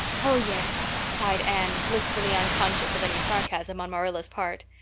oh yes, sighed anne, blissfully unconscious of any sarcasm on marilla's part.